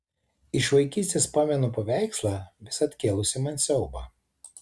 iš vaikystės pamenu paveikslą visad kėlusį man siaubą